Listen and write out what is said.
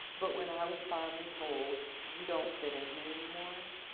but when i was finally told, you don't fit in here anymore.